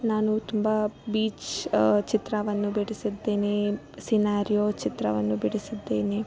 ನಾನು ತುಂಬ ಬೀಚ್ ಚಿತ್ರವನ್ನು ಬಿಡಿಸಿದ್ದೇನೆ ಸಿನಾರಿಯೋ ಚಿತ್ರವನ್ನು ಬಿಡಿಸಿದ್ದೇನೆ